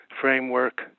framework